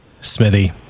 Smithy